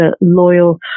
loyal